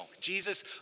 Jesus